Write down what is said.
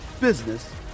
business